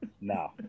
no